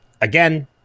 again